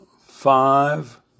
five